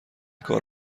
کار